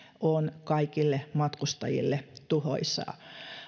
on kaikille matkustajille tuhoisaa